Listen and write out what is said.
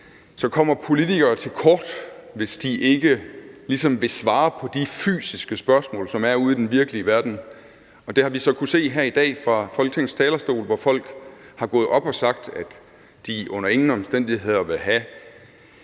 kommer til kort, hvis de ligesom ikke vil svare på de fysiske spørgsmål, som er ude i den virkelige verden. Det har vi kunnet se her i dag fra Folketingets talerstol, hvor folk er gået op og har sagt, at de under ingen omstændigheder vil have